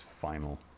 final